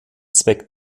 zweck